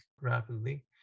rapidly